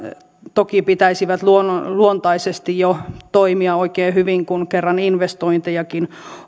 toki pitäisi luontaisesti jo toimia oikein hyvin kun kerran investointejakin